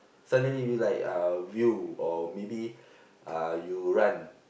suddenly you like uh view or maybe uh you run